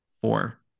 four